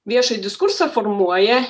viešąjį diskursą formuoja